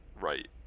right